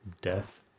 death